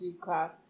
class